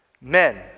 Men